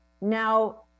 now